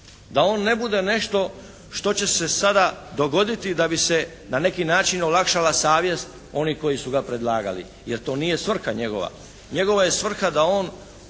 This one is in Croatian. Da on ne bude nešto što će se sada dogoditi da bi se na neki način olakšala savjest onih koji su ga predlagali, jer to nije svrha njegova. Njegova je svrha da on